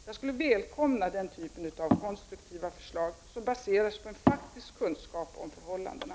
Jag skulle välkomna den typen av konstruktiva förslag som baseras på faktisk kunskap om förhållandena.